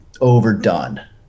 overdone